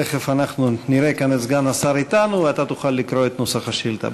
תכף נראה את סגן השר אתנו ותוכל לקרוא את נוסח השאילתה.